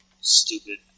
stupid